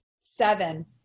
seven